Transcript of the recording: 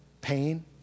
pain